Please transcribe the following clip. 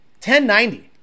1090